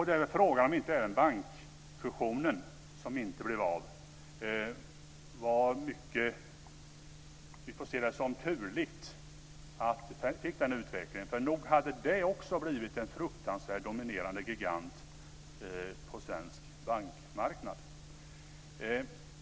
Frågan är om vi inte också beträffande bankfusionen som inte blev av får se det som turligt att vi fick den utveckling vi fick - för nog hade det också blivit en fruktansvärt dominerande gigant på svensk bankmarknad.